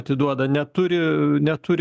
atiduoda neturi neturi